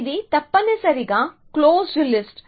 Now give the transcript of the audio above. ఇది తప్పనిసరిగా closed list